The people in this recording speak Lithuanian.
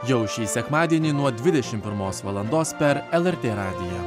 jau šį sekmadienį nuo dvidešim pirmos valandos per lrt radiją